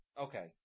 okay